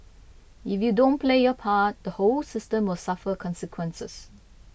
if you don't play your part the whole system will suffer consequences